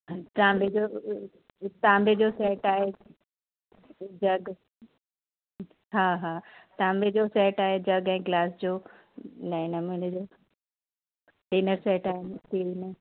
ऐं तांबे जो तांबे जो सैट आहे जॻ हा हा तांबे जो सैट आहे जॻ ऐं गिलास जो नऐं नमूने जो डिनर सैट आहिनि स्टील में